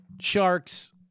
Sharks